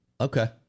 Okay